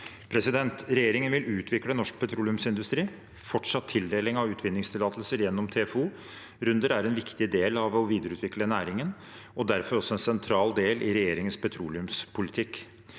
Regjeringen vil utvikle norsk petroleumsindustri. Fortsatt tildeling av utvinningstillatelser gjennom TFOrunder er en viktig del av å videreutvikle næringen og derfor også en sentral del i regjeringens petroleumspolitikk.